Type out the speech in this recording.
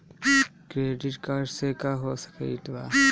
Credit card से का हो सकइत बा?